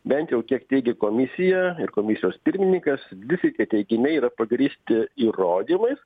bent jau kiek teigė komisija ir komisijos pirmininkas visi tie teiginiai yra pagrįsti įrodymais